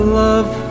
love